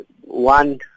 one